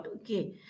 Okay